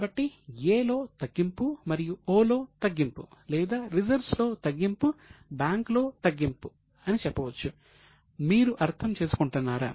కాబట్టి A లో తగ్గింపు అని చెప్పవచ్చు మీరు అర్థం చేసుకుంటున్నారా